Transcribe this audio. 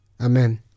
Amen